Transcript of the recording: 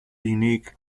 unique